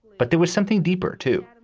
but there was something deeper, too.